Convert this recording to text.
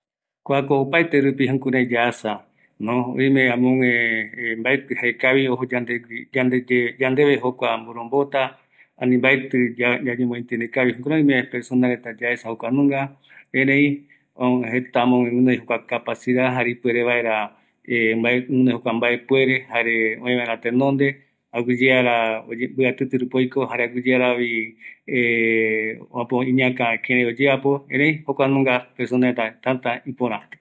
Kuako opaete jokoropi yaaja, ëreï amogue oïme guinoï mabepuere ojovaera tenonde, ome iyeɨpe mborombete aguiyeara oike jare guinoi mbɨatɨtɨ, jare omaeko jeko guiraja vaera tenondeavei